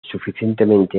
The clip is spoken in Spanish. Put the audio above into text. suficientemente